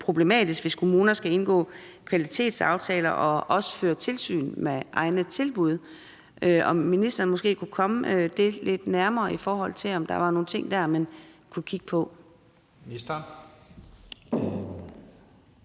problematisk, hvis kommunerne skal indgå kvalitetsaftaler og også føre tilsyn med egne tilbud. Kan ministeren måske komme det lidt nærmere, i forhold til om der var nogle ting dér, man kunne kigge på?